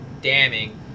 damning